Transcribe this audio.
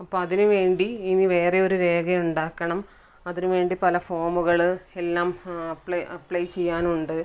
അപ്പോൾ അതിന് വേണ്ടി ഇനി വേറെ ഒരു രേഖ ഉണ്ടാകണം അതിന് വേണ്ടി പല ഫോമുകൾ എല്ലാം അപ്ലൈ അപ്ലൈ ചെയ്യാനുണ്ട്